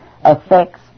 affects